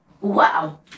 Wow